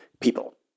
people